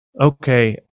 Okay